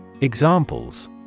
Examples